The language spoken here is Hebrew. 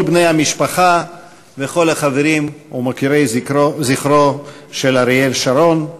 כל בני המשפחה וכל החברים ומוקירי זכרו של אריאל שרון,